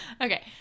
Okay